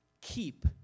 Keep